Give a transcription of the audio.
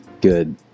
good